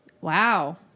Wow